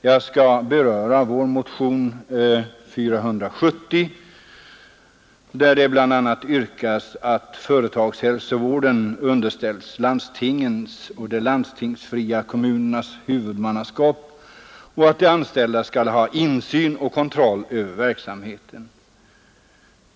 Jag skall beröra vår motion nr 470, vari bl.a. yrkas att företagshälsovården underställs landstingen och de landstingsfria kommunernas huvudmannaskap och att de anställda skall ha insyn och kontroll över verksamheten.